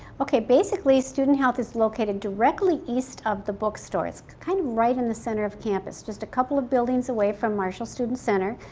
okay, basically student health is located directly east of the bookstore. it's kind of right in the center of campus, just a couple of buildings away from marshall student center,